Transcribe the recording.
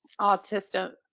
autistic